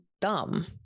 dumb